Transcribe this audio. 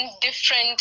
different